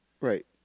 right